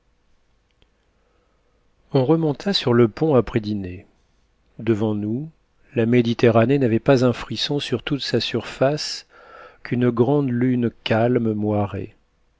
on remonta sur le pont après dîner devant nous la méditerranée n'avait pas un frisson sur toute sa surface qu'une grande lune calme moirait